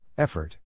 Effort